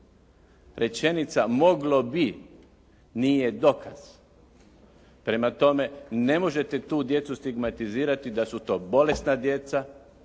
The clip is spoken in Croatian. Rečenica «moglo bi» nije dokaz. Prema tome ne možete tu djecu stigmatizirati da su to bolesna djeca